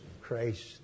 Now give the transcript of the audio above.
Christ